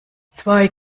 zwei